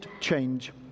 change